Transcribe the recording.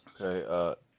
Okay